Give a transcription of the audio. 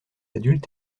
adultes